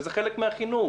זה חלק מהחינוך.